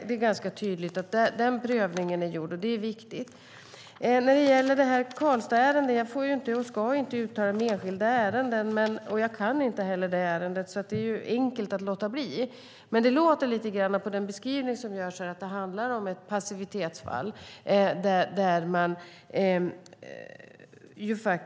Det är ganska tydligt att den prövningen är gjord, och det är viktigt. När det gäller Karlstadärendet får och ska jag inte uttala mig i enskilda ärenden, och jag kan inte heller det här ärendet, så det är enkelt att låta bli. Men det låter lite grann av den beskrivning som görs att det handlar om ett passivitetsfall.